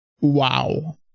Wow